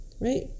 right